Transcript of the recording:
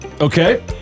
Okay